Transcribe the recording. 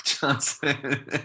Johnson